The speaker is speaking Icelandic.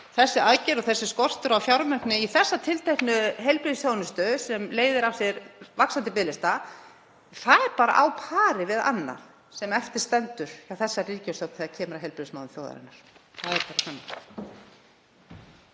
Þessi aðgerð, þessi skortur á fjármagni í þessa tilteknu heilbrigðisþjónustu sem leiðir af sér vaxandi biðlista er bara á pari við annað sem eftir stendur hjá þessari ríkisstjórn þegar kemur að heilbrigðismálum þjóðarinnar,